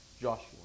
Joshua